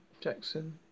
Jackson